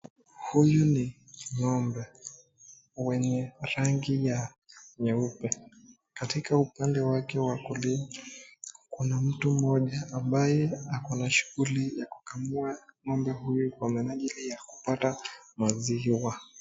Huyu ni ngombe wenye rangi ya nyeupe katika upande wa kulia kuna mtu moja ambaye ako na shughuli ya kukamua ngombe huyo kwa minajili ya kupata maziwa.